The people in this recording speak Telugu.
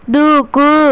దూకు